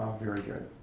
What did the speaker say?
very good.